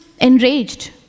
enraged